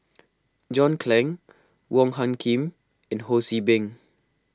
John Clang Wong Hung Khim and Ho See Beng